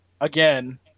Again